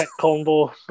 combo